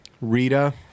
Rita